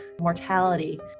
mortality